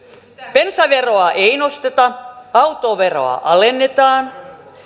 bensaveroa ei nosteta autoveroa alennetaan